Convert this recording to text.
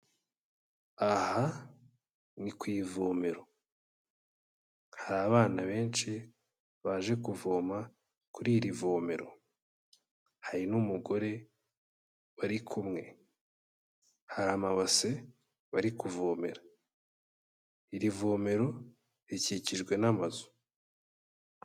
Aha ni ku ivomero. Hari abana benshi baje kuvoma kuri iri vomero, hari n'umugore bari kumwe, hari amabase bari kuvomera, iri vomero rikikijwe n'amazu.